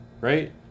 right